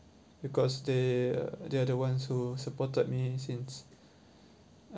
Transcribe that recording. because they uh they are the ones who supported me since